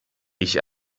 ich